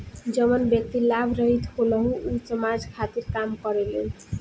जवन व्यक्ति लाभ रहित होलन ऊ समाज खातिर काम करेलन